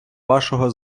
вашого